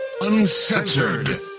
uncensored